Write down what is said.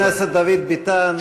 חבר הכנסת דוד ביטן.